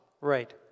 right